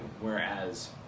Whereas